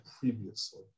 previously